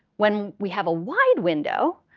when we have a wide window,